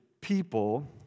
people